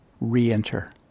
re-enter